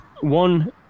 one